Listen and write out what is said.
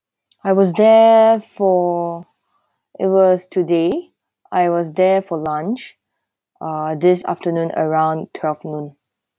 I was there for it was today I was there for lunch ah this afternoon around twelve noon